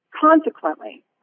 Consequently